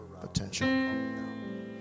potential